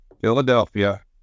philadelphia